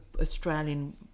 australian